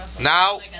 Now